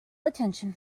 attention